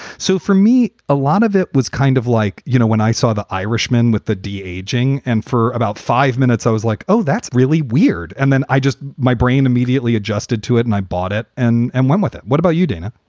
so for me, a lot of it was kind of like, you know, when i saw the irishman with the aging and for about five minutes i was like, oh, that's really weird. and then i just my brain immediately adjusted to it and i bought it and and went with it. what about you, dana?